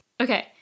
okay